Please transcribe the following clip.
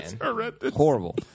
Horrible